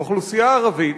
האוכלוסייה הערבית.